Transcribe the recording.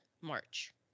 March